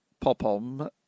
Popom